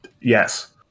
Yes